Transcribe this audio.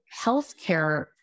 healthcare